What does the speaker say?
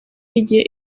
n’igihe